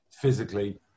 physically